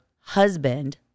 husband